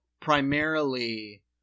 primarily